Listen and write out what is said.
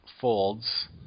folds